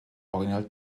original